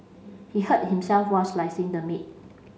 he hurt himself while slicing the meat